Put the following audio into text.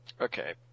Okay